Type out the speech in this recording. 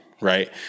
right